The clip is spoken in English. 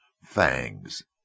Fangs